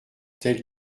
tel